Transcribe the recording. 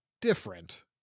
different